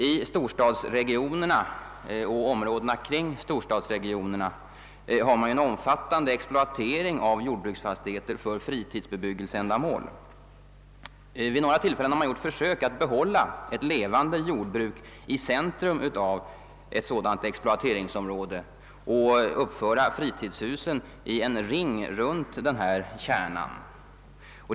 I storstadsregionerna och iområdena kring storstadsregionerna pågår en omfattande exploatering av jordbruksfastigheter för fritidsbebyggelse. Vid några tillfällen har man gjort försök att behålla ett levande jordbruk i centrum av ett sådant exploateringsområde och uppfört fritidsbebyggelse i en ring runt denna kärna.